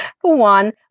one